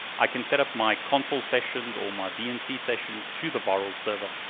i can set up my console sessions or my vnc sessions to the virl server,